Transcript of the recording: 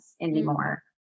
anymore